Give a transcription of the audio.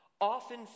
Often